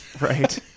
Right